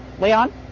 Leon